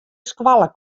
skoalle